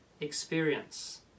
experience